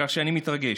כך שאני מתרגש.